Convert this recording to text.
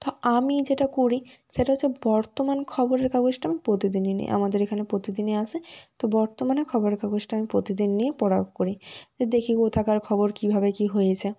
তো আমি যেটা করি সেটা হচ্ছে বর্তমান খবরের কাগজটা আমি প্রতিদিনই নিই আমাদের এখানে প্রতিদিনই আসে তো বর্তমানে খবরের কাগজটা আমি প্রতিদিন নিয়ে পড়াও করি তো দেখি কোথাকার খবর কীভাবে কী হয়েছে